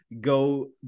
Go